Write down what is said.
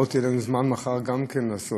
לאימהות יהיה זמן מחר גם כן לעשות,